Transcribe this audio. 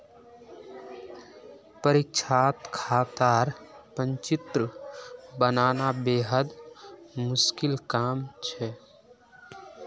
परीक्षात खातार संचित्र बनाना बेहद मुश्किल काम छ